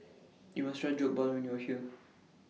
YOU must Try Jokbal when YOU Are here